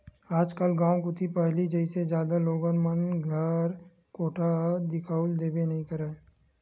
आजकल गाँव कोती पहिली जइसे जादा लोगन मन घर कोठा दिखउल देबे नइ करय